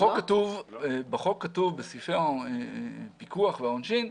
בחוק, בסעיפי הפיקוח והעונשין,